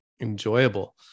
enjoyable